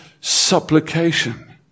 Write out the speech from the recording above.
supplication